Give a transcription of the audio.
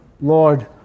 Lord